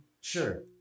Sure